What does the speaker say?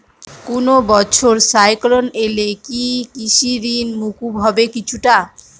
কোনো বছর সাইক্লোন এলে কি কৃষি ঋণ মকুব হবে কিছুটা?